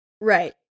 right